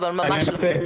גם מה שטל אמר.